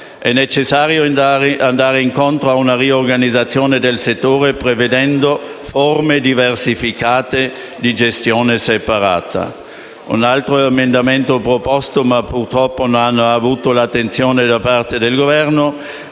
È necessario andare incontro a una riorganizzazione del settore, prevedendo forme diversificate di gestione separata. Un altro emendamento proposto, ma che, purtroppo, non ha avuto l’attenzione da parte del Governo,